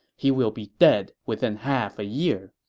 he will be dead within half a year.